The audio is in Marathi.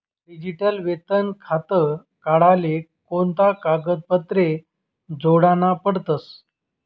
डिजीटल वेतन खातं काढाले कोणता कागदपत्रे जोडना पडतसं?